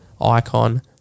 icon